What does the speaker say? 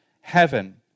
heaven